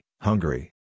Hungary